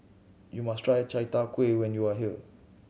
you must try Chai Tow Kuay when you are here